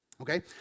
Okay